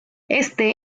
éste